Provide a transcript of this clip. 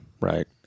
Right